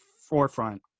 forefront